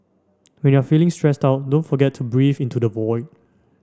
when you are feeling stressed out don't forget to breathe into the void